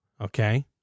okay